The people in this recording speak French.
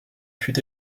fut